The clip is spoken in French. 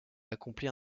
accomplir